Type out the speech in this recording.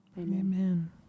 amen